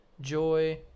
joy